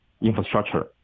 infrastructure